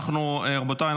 רבותיי,